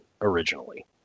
originally